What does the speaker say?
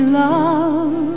love